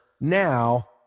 now